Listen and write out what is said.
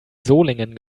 solingen